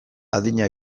adina